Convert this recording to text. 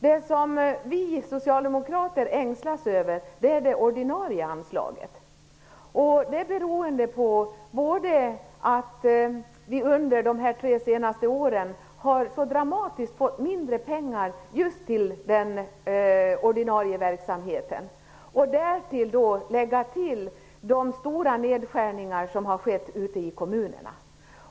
Det som vi socialdemokrater ängslas över är det ordinarie anslaget. Det beror på att man under de tre senaste åren fått så dramatiskt minskade anslag just till den ordinarie verksamheten. Lägg därtill de stora nedskärningarna ute i kommunerna.